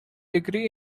degree